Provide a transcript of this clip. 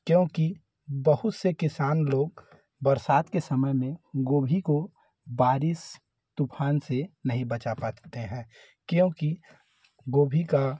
क्योंकि बहुत से किसान लोग बरसात के समय में गोभी को बारिश तूफ़ान से नहीं बचा पाते हैं क्योंकि गोभी का